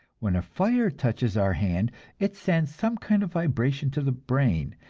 when fire touches our hand it sends some kind of vibration to the brain,